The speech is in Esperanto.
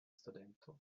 studento